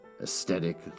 aesthetic